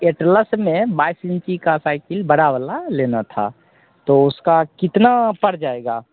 Atlas में बाईस इंची का साइकिल बड़ी वाली लेना था तो उसका कितना पड़ जाएगा